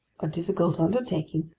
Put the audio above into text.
a difficult undertaking.